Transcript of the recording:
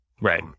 right